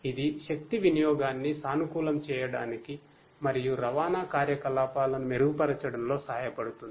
ఇది శక్తి వినియోగాన్ని సానుకూలం చేయడానికి మరియు రవాణా కార్యకలాపాలను మెరుగుపరచడంలో సహాయపడుతుంది